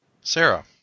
Sarah